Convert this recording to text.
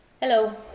Hello